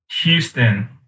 Houston